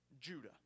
judah